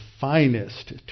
finest